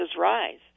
rise